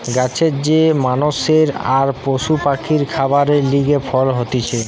গাছের যে মানষের আর পশু পাখির খাবারের লিগে ফল হতিছে